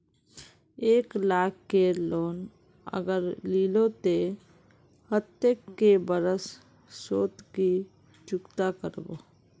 एक लाख केर लोन अगर लिलो ते कतेक कै बरश सोत ती चुकता करबो?